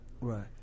Right